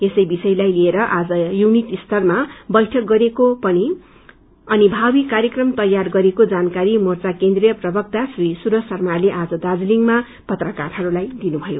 यसै विषयलाई लिएर आज युनिट स्तरमा बैठक गरिएको अनि भावि कार्यक्रम तैयार गरिएको जानकारी मोर्चा केन्द्रिय प्रक्ता श्री सुरज शर्माले आज दार्जीलिङमा पत्रकारहरूलाई दिनुभयो